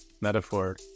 metaphor